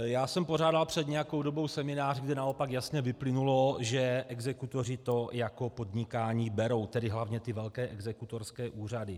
Já jsem pořádal před nějakou dobou seminář, kde naopak jasně vyplynulo, že exekutoři to jako podnikání berou, tedy hlavně ty velké exekutorské úřady.